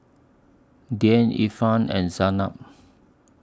Dian Irfan and Zaynab